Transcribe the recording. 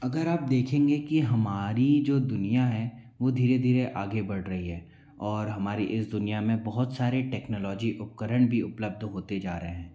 अगर आप देखेंगे कि हमारी जो दुनिया है वह धीरे धीरे आगे बढ़ रही है और हमारी इस दुनिया में बहुत सारे टेक्नोलॉजी उपकरण भी उपलब्ध होते जा रहे हैं